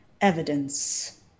evidence